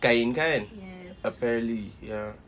kain kan apparently ya